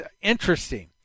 interesting